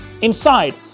Inside